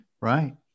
Right